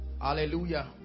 hallelujah